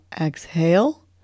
exhale